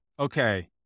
okay